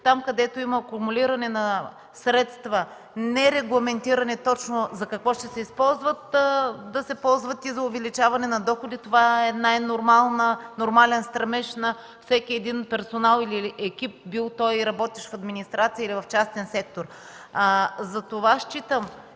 там, където има акумулиране на средства, нерегламентирани точно за какво ще се използват, да се ползват и за увеличаване на доходите. Това е най-нормален стремеж на всеки един персонал или екип – бил той работещ в администрация, или в частен сектор. Считам,